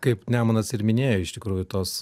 kaip nemunas ir minėjo iš tikrųjų tos